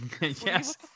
Yes